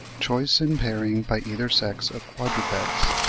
choice in pairing by either sex of quadrupeds.